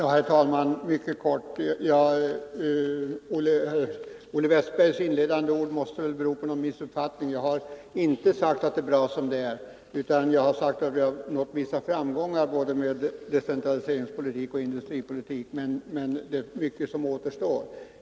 Herr talman! Jag vill vara mycket kortfattad. Olle Westbergs i Hofors inledande ord måste väl bero på någon missuppfattning, eftersom jag inte har sagt att det är bra som det är. Jag har sagt att vi har nått vissa framgångar både med decentraliseringspolitik och med industripolitik. Men det är mycket som återstår.